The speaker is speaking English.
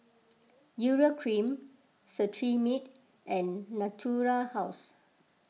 Urea Cream Cetrimide and Natura House